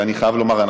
ואני חייב לומר,